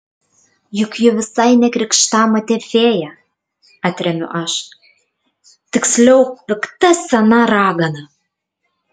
juk ji visai ne krikštamotė fėja atremiu aš tiksliau pikta sena ragana